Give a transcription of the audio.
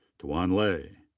tuan lai.